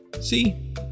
See